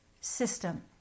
system